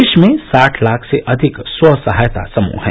देश में साठ लाख से अधिक स्व सहायता समूह हैं